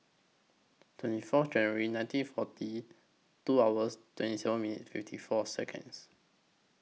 twenty Fourth January nineteen forty two hours twenty seven minutes fifty four Seconds